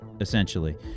essentially